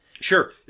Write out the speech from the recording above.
Sure